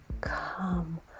come